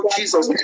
Jesus